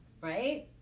right